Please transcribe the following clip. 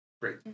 great